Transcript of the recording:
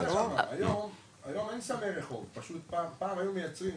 היום אין סמי רחוב, פשוט פעם היו מייצרים